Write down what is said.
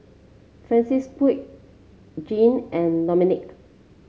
Francisqui Jeane and Dominick